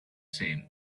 same